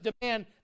demand